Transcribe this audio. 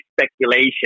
speculation